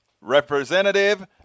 Representative